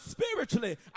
spiritually